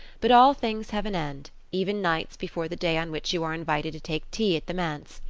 but all things have an end, even nights before the day on which you are invited to take tea at the manse.